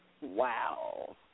Wow